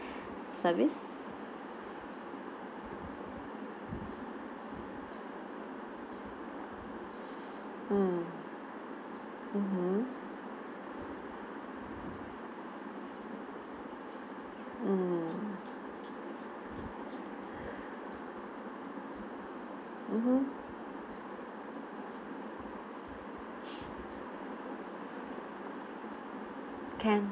service mm mmhmm mm mmhmm can